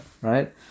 right